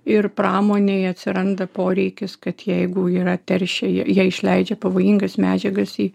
ir pramonėje atsiranda poreikis kad jeigu yra teršia jie jie išleidžia pavojingas medžiagas į